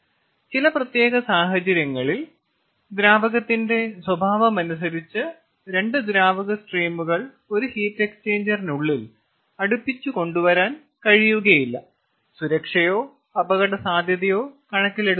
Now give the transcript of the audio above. ചില പ്രത്യേക സാഹചര്യത്തിൽ ദ്രാവകത്തിന്റെ സ്വഭാവമനുസരിച്ച് 2 ദ്രാവക സ്ട്രീമുകൾ ഒരു ഹീറ്റ് എക്സ്ചേഞ്ചറിനുള്ളിൽ അടുപ്പിച്ച് കൊണ്ടുവരാൻ കഴിയുകയില്ല സുരക്ഷയോ അപകടസാധ്യതയോ കണക്കിലെടുത്താണിത്